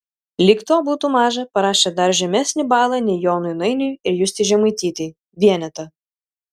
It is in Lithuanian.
lyg to būtų maža parašė dar žemesnį balą nei jonui nainiui ir justei žemaitytei vienetą